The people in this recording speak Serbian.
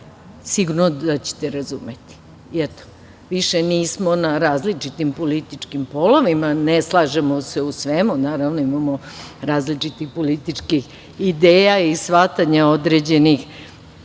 sigurno da ćete razumeti. Više nismo na različitim političkim polovima, ne slažemo se u svemu, naravno, imamo različitih političkih ideja i shvatanja određenih važnih